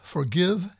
Forgive